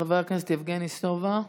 חבר הכנסת יבגני סובה.